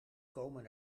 komen